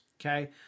okay